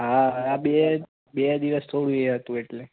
હાં હાં બે બે દિવસ થોડું એ હતું એટલે